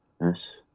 yes